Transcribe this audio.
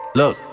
look